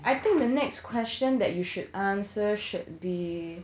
I think the next question that you should answer should be